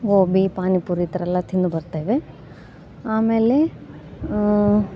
ಗೋಬಿ ಪಾನಿಪುರಿ ಈ ಥರ ಎಲ್ಲ ತಿಂದು ಬರ್ತೇವೆ ಆಮೇಲೆ